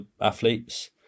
athletes